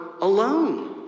alone